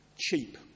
cheap